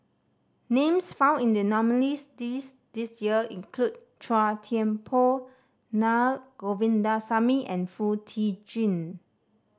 names found in the nominees' this this year include Chua Thian Poh Naa Govindasamy and Foo Tee Jun